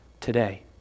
Today